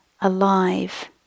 alive